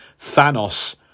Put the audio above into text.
Thanos